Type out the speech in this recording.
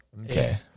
Okay